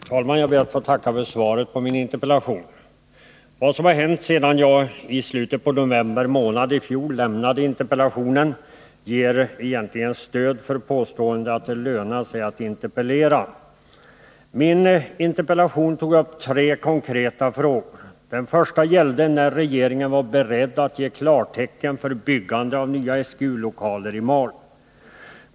Herr talman! Jag ber att få tacka för svaret på min interpellation. Vad som hänt sedan jag i slutet på november månad i fjol lämnade interpellationen ger stöd för påståendet att det lönar sig att interpellera. Min interpellation tog upp tre konkreta frågor. Den första gällde när regeringen var beredd att ge klartecken för byggandet av nya SGU-lokaler i Malå.